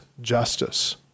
justice